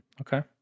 Okay